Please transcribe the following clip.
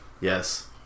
Yes